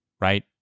right